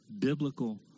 biblical